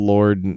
Lord